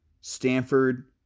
Stanford